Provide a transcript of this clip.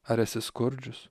ar esi skurdžius